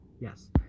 Yes